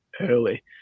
early